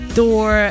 door